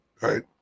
right